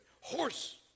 horse